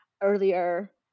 earlier